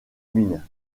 mines